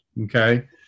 Okay